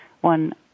one